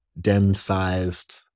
den-sized